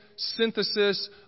synthesis